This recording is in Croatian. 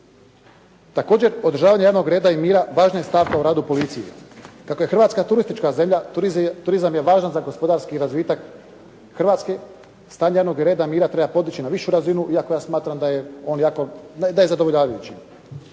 Također održavanje javnog reda i mira važna je stavka u radu policije. Kako je Hrvatska turistička zemlja, turizam je važan za gospodarski razvitak hrvatske, stavljanje reda i mira treba podići na višu razinu iako ja smatram da je zadovoljavajući.